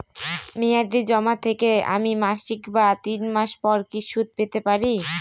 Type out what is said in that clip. মেয়াদী জমা থেকে আমি মাসিক বা তিন মাস পর কি সুদ পেতে পারি?